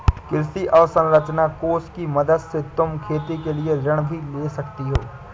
कृषि अवसरंचना कोष की मदद से तुम खेती के लिए ऋण भी ले सकती हो